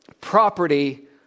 property